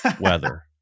Weather